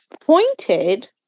pointed